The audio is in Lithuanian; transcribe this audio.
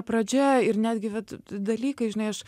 pradžia ir netgi vat dalykai žinai aš